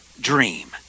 dream